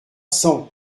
cent